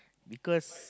because